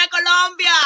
Colombia